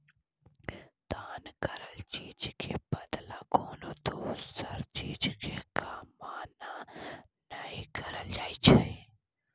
दान करल चीज के बदला कोनो दोसर चीज के कामना नइ करल जाइ छइ